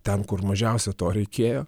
ten kur mažiausia to reikėjo